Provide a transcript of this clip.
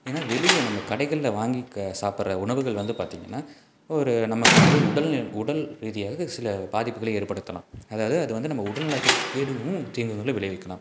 ஏன்னா வெளியே நம்ம கடைகளில் வாங்கி க சாப்பிட்ற உணவுகள் வந்து பார்த்திங்கன்னா ஒரு நமக்கு வந்து உடல் உடல் ரீதியாக சில பாதிப்புகளை ஏற்படுத்தலாம் அதாவது அது வந்து நம்ம உடல்நலத்திற்கு கேடுகளும் தீங்குகளையும் விளைவிக்கலாம்